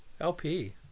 LP